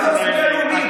ללא סוגיה לאומית.